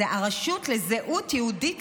זאת הרשות לזהות יהודית